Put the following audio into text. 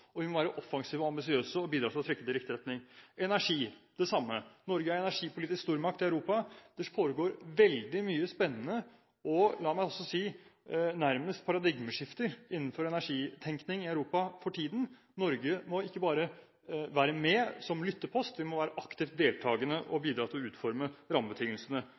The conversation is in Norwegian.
og vi må være offensive, ambisiøse og bidra til å trekke i riktig retning. Det samme gjelder energi. Norge er en energipolitisk stormakt i Europa. Det foregår veldig mye spennende – nærmest paradigmeskifter – innenfor energitenkning i Europa for tiden. Norge må ikke bare være med som lyttepost – vi må være aktivt deltagende og bidra til å utforme rammebetingelsene